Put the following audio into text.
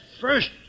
first